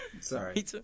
Sorry